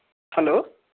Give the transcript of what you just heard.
hello